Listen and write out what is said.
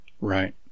Right